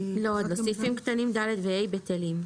סעיפים קטנים (ד) ו-(ה) בטלים.